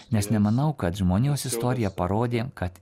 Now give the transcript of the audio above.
nes nemanau kad žmonijos istorija parodė kad